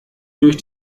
durch